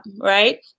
right